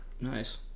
Nice